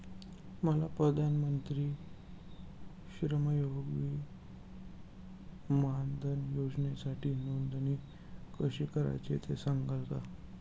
मला प्रधानमंत्री श्रमयोगी मानधन योजनेसाठी नोंदणी कशी करायची ते सांगता का?